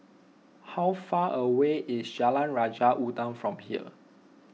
how far away is Jalan Raja Udang from here